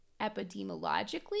epidemiologically